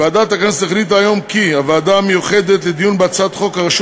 ועדת הכנסת החליטה היום כי הוועדה המיוחדת לדיון בהצעת חוק הרשות